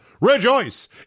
Rejoice